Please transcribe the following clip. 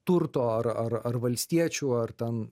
turto ar ar ar valstiečių ar ten